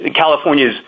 California's